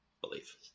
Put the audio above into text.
belief